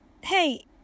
Hey